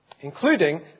including